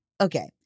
okay